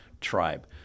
tribe